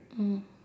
mm